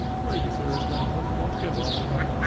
pray be serious, gentlemen. we want to get on, you know.